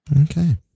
Okay